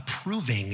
approving